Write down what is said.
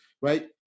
right